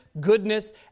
goodness